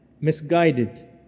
misguided